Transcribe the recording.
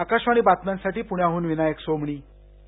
आकाशवाणी बातम्यांसाठी विनायक सोमणी पुणे